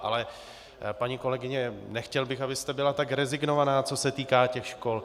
Ale paní kolegyně, nechtěl bych, abyste byla tak rezignovaná, co se týká škol.